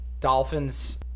Dolphins